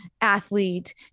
athlete